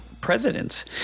presidents